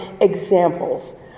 examples